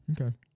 Okay